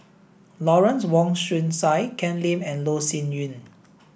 Lawrence Wong Shyun Tsai Ken Lim and Loh Sin Yun